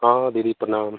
हाँ दीदी प्रणाम